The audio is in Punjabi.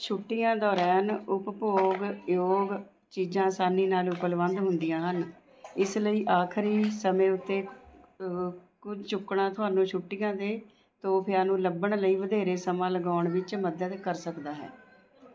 ਛੁੱਟੀਆਂ ਦੌਰਾਨ ਉਪਭੋਗ ਯੋਗ ਚੀਜ਼ਾਂ ਆਸਾਨੀ ਨਾਲ ਉਪਲਬਧ ਹੁੰਦੀਆਂ ਹਨ ਇਸ ਲਈ ਆਖਰੀ ਸਮੇਂ ਉੱਤੇ ਕੁੱਝ ਚੁੱਕਣਾ ਤੁਹਾਨੂੰ ਛੁੱਟੀਆਂ ਦੇ ਤੋਹਫ਼ਿਆਂ ਨੂੰ ਲੱਭਣ ਲਈ ਵਧੇਰੇ ਸਮਾਂ ਲਗਾਉਣ ਵਿੱਚ ਮਦਦ ਕਰ ਸਕਦਾ ਹੈ